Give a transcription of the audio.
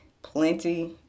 plenty